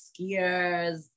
skiers